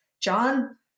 John